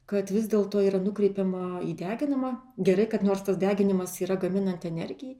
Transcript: kad vis dėlto yra nukreipiama į deginamą gerai kad nors tas deginimas yra gaminant energijai